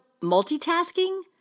multitasking